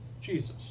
Jesus